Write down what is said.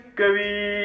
kavi